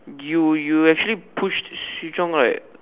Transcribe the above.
you you actually pushed she drunk right